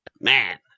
Man